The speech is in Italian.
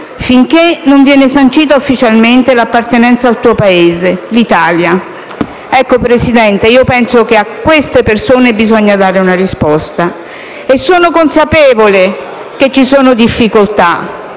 finché non viene sancita ufficialmente l'appartenenza al tuo Paese, l'Italia». Signor Presidente, penso che a queste persone bisogna dare una risposta. Sono consapevole che ci sono difficoltà